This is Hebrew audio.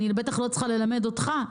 אני בטח לא צריכה ללמד אותך,